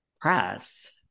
press